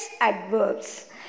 adverbs